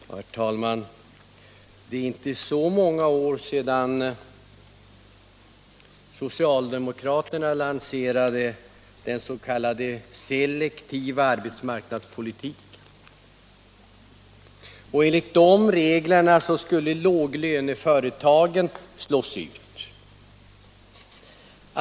Herr talman! Det är inte så många år sedan socialdemokraterna lanserade den s.k. selektiva arbetsmarknadspolitiken. Enligt dess regler skulle ”låglöneföretagen” slås ut.